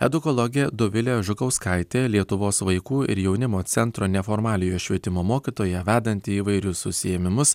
edukologė dovilė žukauskaitė lietuvos vaikų ir jaunimo centro neformaliojo švietimo mokytoja vedanti įvairius užsiėmimus